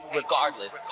regardless